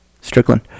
Strickland